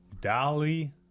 Dolly